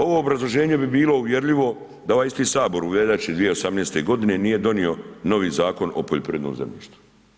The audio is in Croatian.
Ovo obrazloženje bi bilo uvjerljivo da ovaj isti Sabor u veljači 2018. godine nije donio novi Zakon o poljoprivrednom zemljištu.